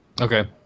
Okay